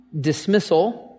dismissal